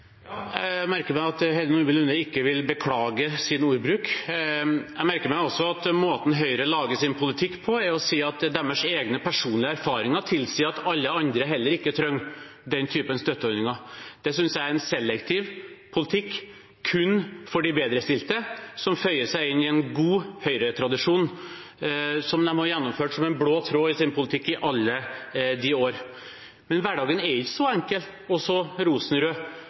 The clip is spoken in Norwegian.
Jeg merker meg at Heidi Nordby Lunde ikke vil beklage sin ordbruk. Jeg merker meg også at måten Høyre lager sin politikk på, er å si at deres egne personlige erfaringer tilsier at heller ingen andre trenger den typen støtteordninger. Det synes jeg er en selektiv politikk, kun for de bedrestilte, som føyer seg inn i en god Høyre-tradisjon som de har gjennomført som en blå tråd i sin politikk i alle år. Men hverdagen er ikke så enkel og så rosenrød